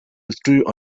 withdrew